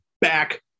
back